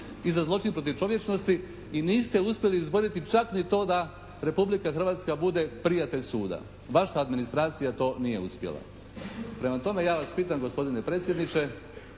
i za zločin protiv čovječnosti i niste uspjeli izboriti čak niti to da Republika Hrvatska bude prijatelj suda. Vaša administracija to nije uspjela. Prema tome, ja vas pitam gospodine predsjedniče